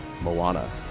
Moana